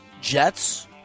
Jets